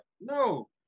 No